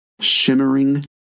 shimmering